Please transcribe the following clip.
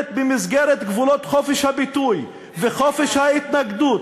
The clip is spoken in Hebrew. במסגרת גבולות חופש הביטוי וחופש ההתנגדות,